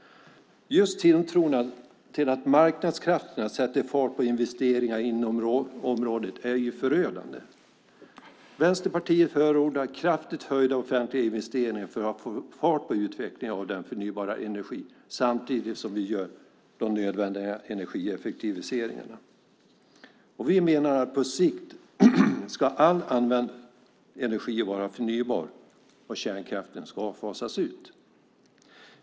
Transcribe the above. Tilltron till marknadskrafterna, att de sätter fart på investeringar inom området, är förödande. Vänsterpartiet förordar kraftigt höjda offentliga investeringar för att få fart på utvecklingen av den förnybara energin samtidigt som vi gör de nödvändiga energieffektiviseringarna. Vi menar att på sikt ska all använd energi vara förnybar och kärnkraften fasas ut.